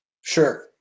Sure